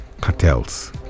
cartels